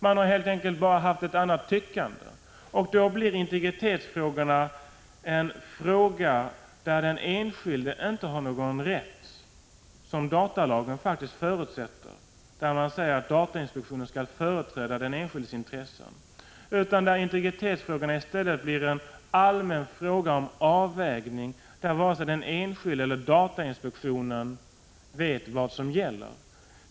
Man har helt enkelt haft ett annat tyckande, och då blir integritetsfrågorna faktiskt frågor där den enskilde inte har någon rätt, vilket datalagen förutsätter att den enskilde skall ha. Det heter i datalagen att datainspektionen skall företräda den enskildes intressen. Men i stället blir integritetsfrågan en allmän fråga om avvägning, där varken den enskilde eller datainspektionen vet vad som gäller.